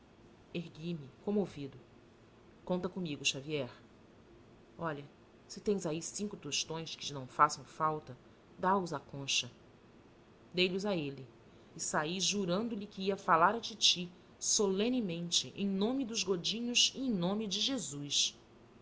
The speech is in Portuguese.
ergui-me comovido conta comigo xavier olha se tens aí cinco tostões que te não façam falta dá os à cármen dei lhos a ele e sai jurando que ia falar à titi solenemente em nome dos gordinhos e em nome de jesus